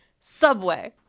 Subway